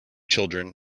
children